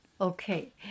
Okay